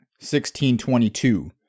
1622